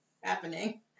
happening